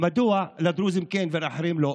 מדוע לדרוזים כן ולאחרים לא?